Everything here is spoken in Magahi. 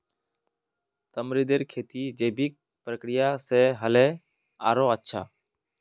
तमरींदेर खेती जैविक प्रक्रिया स ह ल आरोह अच्छा